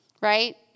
right